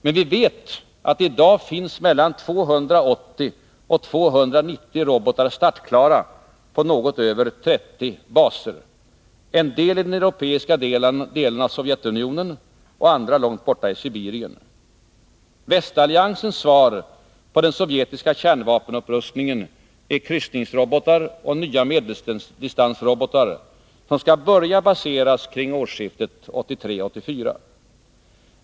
Men vi vet att det i dag finns mellan 280 och 290 robotar startklara på något över 30 baser —en del i de europeiska delarna av Sovjetunionen och andra långt borta i Sibirien. Västalliansens svar på den sovjetiska kärnvapenupprustningen är kryssningsrobotar och nya medeldistansrobotar, som skall börja baseras kring årsskiftet 1983-1984.